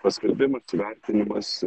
paskelbimas įvertinimas